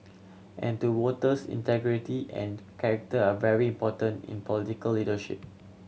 and to voters integrity and character are very important in political leadership